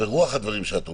ברוח הדברים שאת אומרת,